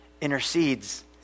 intercedes